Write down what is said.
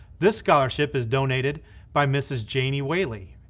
this scholarship is donated by mrs. janie whaley,